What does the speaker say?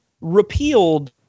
repealed